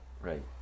right